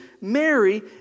Mary